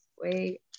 wait